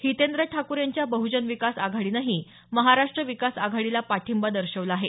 हितेंद्र ठाकूर यांच्या बहुजन विकास आघाडीनंही महाराष्ट्र विकास आघाडीला पाठिंबा दर्शवला आहे